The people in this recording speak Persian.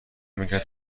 میکرد